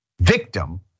victim